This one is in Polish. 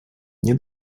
nie